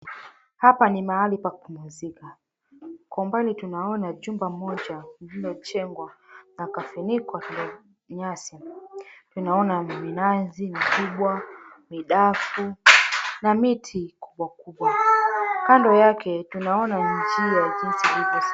Hapa ni mahali pa kupumzika kwa mbali tunaona jumba moja lililojengwa na kafinikwa nyasi. Tunaona minazi mikubwa, midafu na miti kubwa kubwa. Kando yake tunaona njia jinsi ilivyo.